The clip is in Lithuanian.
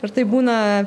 ir taip būna